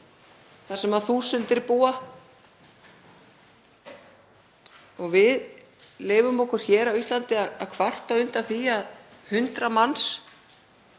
þar sem þúsundir búa. Og við leyfum okkur hér á Íslandi að kvarta undan því að 100 manns